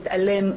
מתעלם,